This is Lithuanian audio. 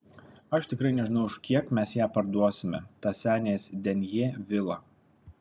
aš tikrai nežinau už kiek mes ją parduosime tą senės denjė vilą